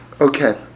Okay